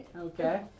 Okay